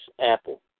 apple